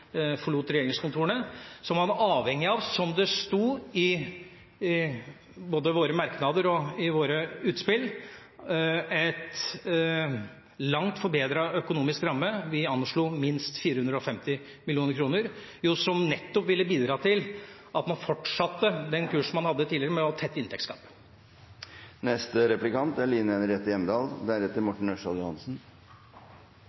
forlot regjeringskontorene, er man avhengig av, som det sto både i våre merknader og i våre utspill, en langt bedre økonomisk ramme. Vi anslo minst 450 mill. kr, som nettopp ville bidra til at man fortsatte den kursen man hadde tidligere med å